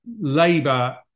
Labour